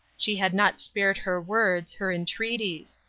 she had not spared her words, her entreaties.